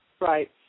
Right